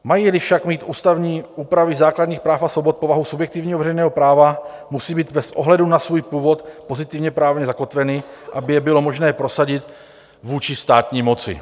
Majíli však mít ústavní úpravy základních práv a svobod povahu subjektivního veřejného práva, musí být bez ohledu na svůj původ pozitivně právně zakotveny, aby je bylo možné prosadit vůči státní moci.